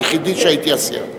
היחידי שהיה הסיעה,